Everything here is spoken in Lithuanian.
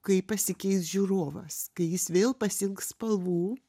kai pasikeis žiūrovas kai jis vėl pasiilgs spalvų